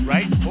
Right